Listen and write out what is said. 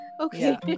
okay